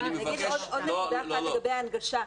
אני רוצה לומר משהו לגבי הנגשה.